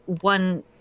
one